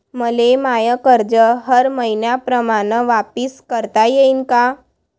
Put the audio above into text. मले माय कर्ज हर मईन्याप्रमाणं वापिस करता येईन का?